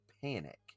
Panic